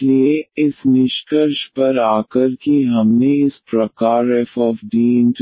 इसलिए इस निष्कर्ष पर आकर कि हमने इस प्रकार fDy0